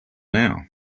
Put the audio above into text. now